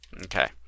Okay